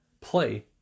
play